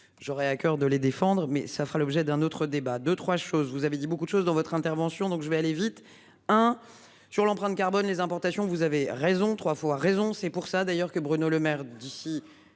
J'aurai à coeur de les défendre mais ça fera l'objet d'un autre débat. Deux 3 choses. Vous avez dit beaucoup de choses dans votre intervention donc je vais aller vite hein. Sur l'empreinte carbone les importations, vous avez raison trois fois raison c'est pour ça d'ailleurs que Bruno Lemaire d'ici